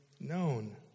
known